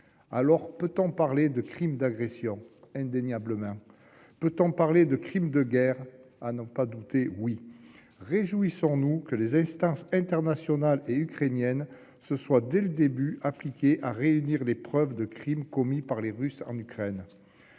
Peut-on parler de crimes d'agression ? Indéniablement ! Peut-on parler de crimes de guerre ? Oui, à n'en pas douter ! Réjouissons-nous que les instances internationales et ukrainiennes se soient dès le début appliquées à réunir les preuves des crimes commis par les Russes en Ukraine.